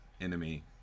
enemy